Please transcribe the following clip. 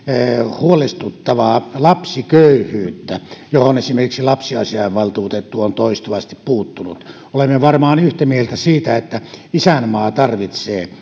huolestuttavaa lapsiköyhyyttä johon esimerkiksi lapsiasiainvaltuutettu on toistuvasti puuttunut olemme varmaan yhtä mieltä siitä että isänmaa tarvitsee